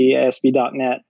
ASP.NET